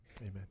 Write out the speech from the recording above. Amen